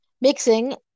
Mixing